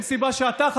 אין סיבה שאתה,